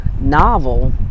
novel